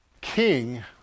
king